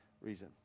reason